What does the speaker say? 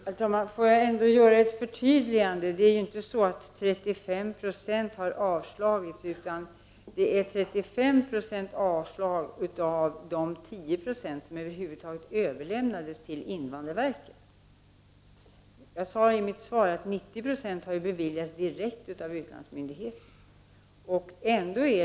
Herr talman! Får jag göra ett förtydligande. Det är inte 35 96 av alla ansökningar som har avslagits, utan det är 35 96 av de 10 96 som har överlämnats till invandrarverket. Jag sade i mitt svar att 90 26 har beviljats direkt av utlandsmyndigheterna.